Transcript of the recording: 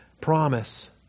promise